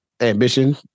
ambition